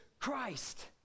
Christ